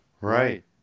Right